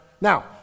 Now